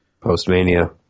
post-Mania